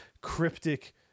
cryptic